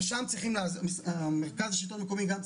בסדר?